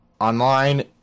Online